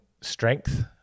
strength